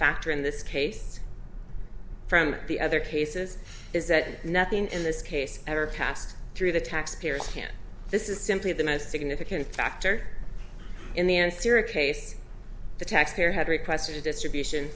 factor in this case from the other cases is that nothing in this case ever passed through the taxpayer can't this is simply the most significant factor in the end syria case the taxpayer had requested a distribution